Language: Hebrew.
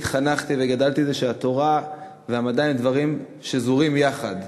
אני התחנכתי וגדלתי על זה שהתורה והמדע הם דברים שזורים יחד.